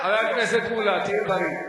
אנחנו, חבר הכנסת מולה, תהיה בריא.